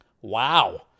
Wow